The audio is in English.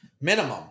minimum